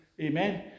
Amen